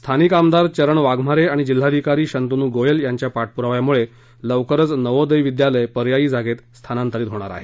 स्थानिक आमदार चरण वाघमारे आणि जिल्हाधिकारी शंतन् गोयल यांच्या पाठप्राव्यामुळे लवकरच नवोदय विद्यालय पर्यायी जागेत स्थानांतरित होणार आहे